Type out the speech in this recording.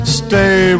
stay